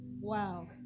Wow